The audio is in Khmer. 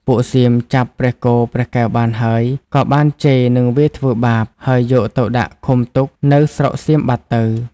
ពួកសៀមចាប់ព្រះគោព្រះកែវបានហើយ ក៏បានជេរនិងវាយធ្វើបាប ហើយយកទៅដាក់ឃុំទុកនៅស្រុកសៀមបាត់ទៅ។